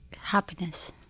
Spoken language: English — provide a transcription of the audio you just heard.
happiness